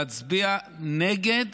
להצביע נגד